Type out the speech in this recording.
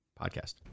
podcast